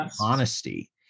honesty